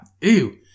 Ew